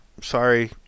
Sorry